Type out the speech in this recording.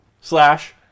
slash